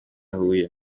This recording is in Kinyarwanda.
huye